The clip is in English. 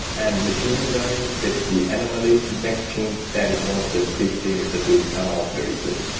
and machine learning, basically, anomaly detection. that is one of the big things that will come out very soon.